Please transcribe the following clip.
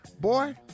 Boy